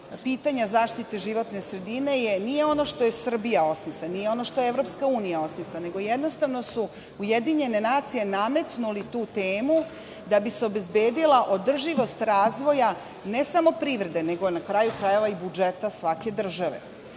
pitanja zaštite životne sredine nije ono što je Srbija osmislila, nije ono što je EU osmislila, nego jednostavno su UN nametnuli tu temu, da bi se obezbedila održivost razvoja ne samo privrede, nego na kraju krajeva i budžeta svake države. Ono